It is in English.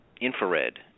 infrared